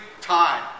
time